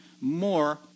more